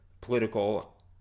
political